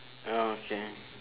okay